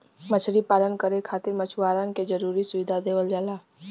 मछरी पालन करे खातिर मछुआरन के जरुरी सुविधा देवल जाला